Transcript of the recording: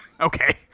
Okay